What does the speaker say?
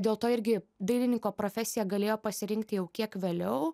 dėl to irgi dailininko profesiją galėjo pasirinkti jau kiek vėliau